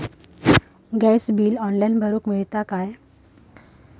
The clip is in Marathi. गॅस बिल ऑनलाइन भरुक मिळता काय?